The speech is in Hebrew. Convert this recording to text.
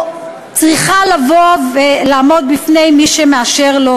צריכה לבוא ולעמוד בפני מי שמאשר לו